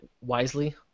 wisely